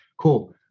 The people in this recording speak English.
cool